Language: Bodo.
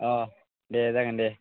अह दे जागोन दे